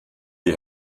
die